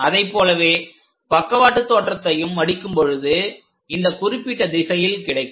அதைப்போலவே பக்கவாட்டு தோற்றத்தையும் மடிக்கும் பொழுது இந்த குறிப்பிட்ட திசையில் கிடைக்கும்